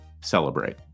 celebrate